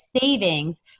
savings